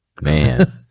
man